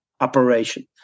operation